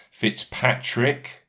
Fitzpatrick